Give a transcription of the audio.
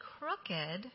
crooked